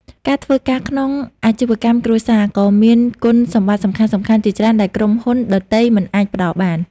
ការធ្វើការក្នុងអាជីវកម្មគ្រួសារ ក៏មានគុណសម្បត្តិសំខាន់ៗជាច្រើនដែលក្រុមហ៊ុនដទៃមិនអាចផ្ដល់បាន។